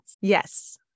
Yes